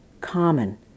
common